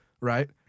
right